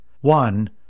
One